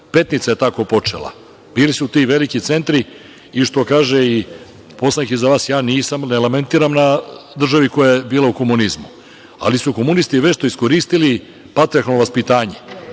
Petnica je tako počela. Bili su ti veliki centri i što kaže poslanik iza vas, ne lementiram na državi koja je bila u komunizmu, ali su komunisti vešto iskoristili patrijarhalno vaspitanje